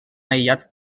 aïllat